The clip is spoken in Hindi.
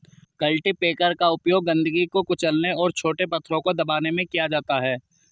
कल्टीपैकर का उपयोग गंदगी को कुचलने और छोटे पत्थरों को दबाने में किया जाता है